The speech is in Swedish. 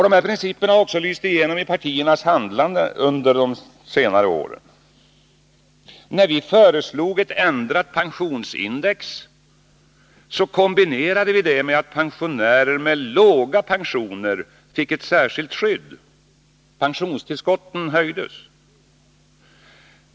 Dessa principer har också lyst igenom i partiernas handlande under senare år. När vi föreslog ett ändrat pensionsindex kombinerade vi det med att pensionärer med låga pensioner fick ett särskilt skydd — pensionstillskotten höjdes.